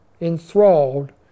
enthralled